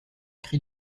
cri